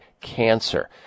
cancer